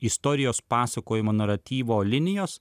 istorijos pasakojimo naratyvo linijos